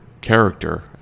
character